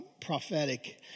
prophetic